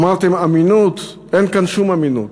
אמרתם "אמינות", אין כאן שום אמינות.